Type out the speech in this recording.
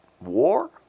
war